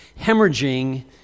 hemorrhaging